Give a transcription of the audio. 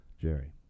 Jerry